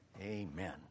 Amen